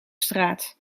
straat